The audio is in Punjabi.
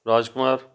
ਰਾਜਕੁਮਾਰ